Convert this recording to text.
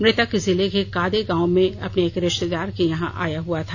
मृतक जिले के कादे गांव में अपने एक रिश्तेदार के यहां आया हुआ था